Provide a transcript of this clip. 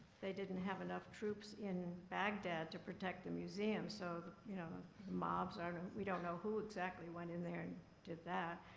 they didn't have enough troops in baghdad to protect the museum so you know mobs, or we don't know who exactly, went in there and did that.